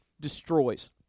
destroys